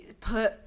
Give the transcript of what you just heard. put